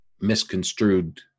misconstrued